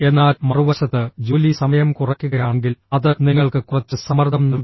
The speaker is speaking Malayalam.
എന്നാൽ മറുവശത്ത് ജോലി സമയം കുറയ്ക്കുകയാണെങ്കിൽ അത് നിങ്ങൾക്ക് കുറച്ച് സമ്മർദ്ദം നൽകുന്നു